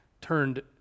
turned